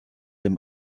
dem